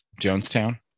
Jonestown